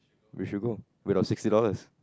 we should go with our sixty dollars